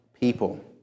people